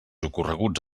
ocorreguts